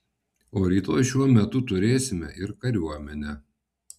o rytoj šiuo metu turėsime ir kariuomenę